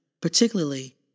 particularly